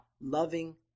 Loving